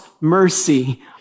mercy